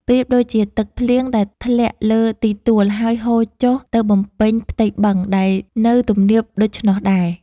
ប្រៀបដូចជាទឹកភ្លៀងដែលធ្លាក់លើទីទួល ហើយហូរចុះទៅបំពេញផ្ទៃបឹងដែលនៅទំនាបដូច្នោះដែរ។